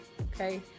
okay